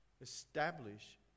Establish